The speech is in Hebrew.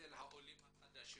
אצל העולים החדשים.